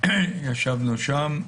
ישבנו שם.